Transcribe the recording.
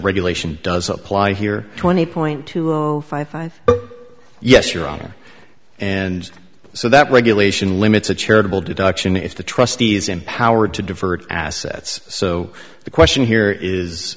regulation does apply here twenty point five five yes your honor and so that regulation limits a charitable deduction if the trustees empowered to divert assets so the question here is